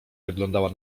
wyglądała